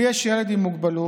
לי יש ילד עם מוגבלות,